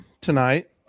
tonight